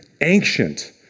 ancient